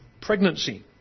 pregnancy